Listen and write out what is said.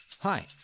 Hi